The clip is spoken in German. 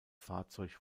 fahrzeug